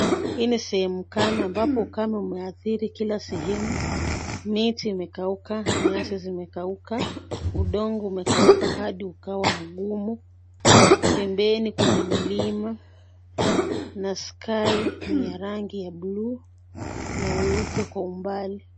Hii ni sehemu kame ambapo ukame umeathiri kila sehemu. Miti imekauka, nyasi zimekauka. Udongo umekauka hadi ukawa mgumu. Pembeni kuna milima na sky ni ya rangi ya bluu na weupe kwa umbali.